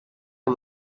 amb